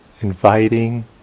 inviting